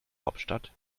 hauptstadt